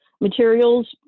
materials